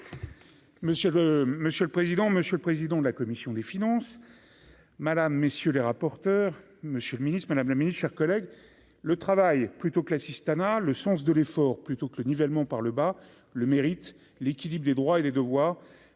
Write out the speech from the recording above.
monsieur le président, monsieur le président de la commission des finances Madame messieurs les rapporteurs, monsieur le Ministre, Madame la Ministre, chers collègues, le travail plutôt que l'assistanat, le sens de l'effort plutôt que le nivellement par le bas, le mérite, l'équilibre des droits et les devoirs,